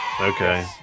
Okay